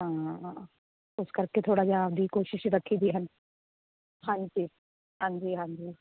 ਹਾਂ ਉਸ ਕਰਕੇ ਥੋੜ੍ਹਾ ਜਿਹਾ ਆਪਣੀ ਕੋਸ਼ਿਸ਼ ਰੱਖੀ ਦੀ ਹਾਂਜੀ ਹਾਂਜੀ ਹਾਂਜੀ ਹਾਂਜੀ